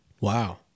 wow